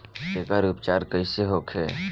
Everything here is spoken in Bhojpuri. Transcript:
एकर उपचार कईसे होखे?